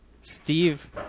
Steve